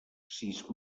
sis